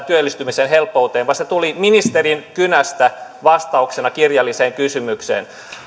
työllistämisen helppouteen vaan se tuli ministerin kynästä vastauksena kirjalliseen kysymykseen